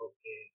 Okay